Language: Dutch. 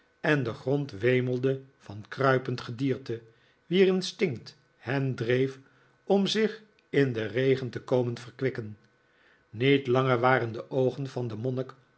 en de grond wemelde van kruipend gedierte wier instinct hen dreef om zich in den regen te komen verkwikken niet langer waren de oogen van den